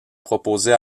proposées